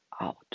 out